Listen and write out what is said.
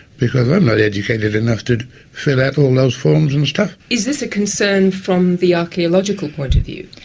because i'm not educated enough to fill out all those forms and stuff. is this a concern from the archaeological point of view?